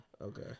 Okay